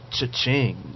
Cha-ching